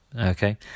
okay